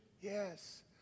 yes